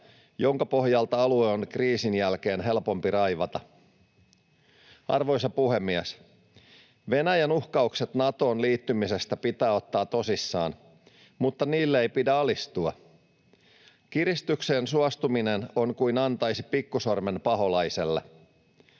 jonka pohjalta alue on kriisin jälkeen helpompi raivata. Arvoisa puhemies! Venäjän uhkaukset Natoon liittymisestä pitää ottaa tosissaan, mutta niille ei pidä alistua. Kiristykseen suostuminen on kuin antaisi pikkusormen paholaiselle.